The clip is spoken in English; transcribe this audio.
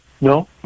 no